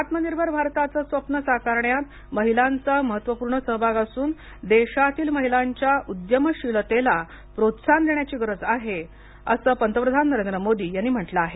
आत्मनिर्भर भारताचे स्वप्न साकारण्यात महिलांचा महत्वपूर्ण सहभाग असून देशातील महिलांच्या उद्यमशीलतेला प्रोत्साहन देण्याची गरज आहे असे पंतप्रधान नरेंद्र मोदी यांनी म्हटले आहे